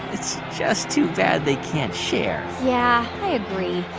it's just too bad they can't share yeah, i agree.